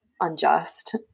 unjust